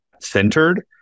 centered